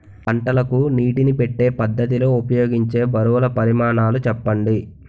పంటలకు నీటినీ పెట్టే పద్ధతి లో ఉపయోగించే బరువుల పరిమాణాలు చెప్పండి?